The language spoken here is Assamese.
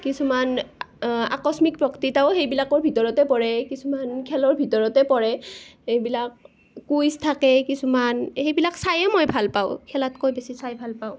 কিছুমান আকস্মিক বক্তৃতাও সেইবিলাকৰ ভিতৰতে পৰে কিছুমান খেলৰ ভিতৰতে পৰে এইবিলাক কুইজ থাকে কিছুমান সেইবিলাক চায়ে মই ভাল পাওঁ খেলাতকৈ বেছি চাই ভাল পাওঁ